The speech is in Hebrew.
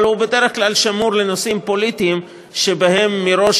אבל הוא בדרך כלל שמור לנושאים פוליטיים שבהם מראש